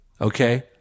Okay